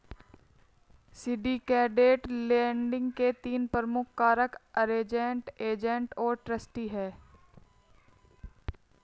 syndicated lending के तीन प्रमुख कारक अरेंज्ड, एजेंट और ट्रस्टी हैं